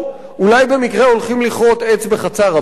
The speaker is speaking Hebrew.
אולי במקרה הולכים לכרות עץ בחצר הבית?